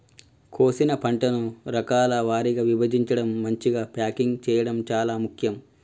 కోసిన పంటను రకాల వారీగా విభజించడం, మంచిగ ప్యాకింగ్ చేయడం చాలా ముఖ్యం